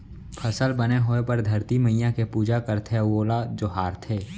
फसल बने होए बर धरती मईया के पूजा करथे अउ ओला जोहारथे